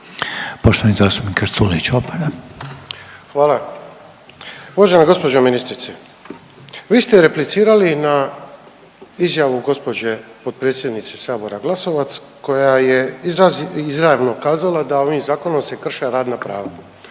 Opara, Andro (HDZ)** Hvala. Uvažena gđo. ministrice, vi ste replicirali na izjavu gđe. potpredsjednice sabora Glasovac koja je izravno kazala da ovim zakonom se krše radne prava,